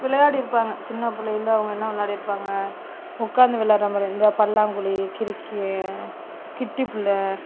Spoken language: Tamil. விளையாடிருப்பாங்க சின்ன பிள்ளைல அவங்க என்ன விளையாடிருப்பாங்க உட்காந்து விள்லாட்ற மாதிரி இந்த பல்லாங்குழி கிரிக்கெட் கிட்டிப்பிள்ள